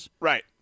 Right